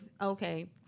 okay